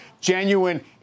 genuine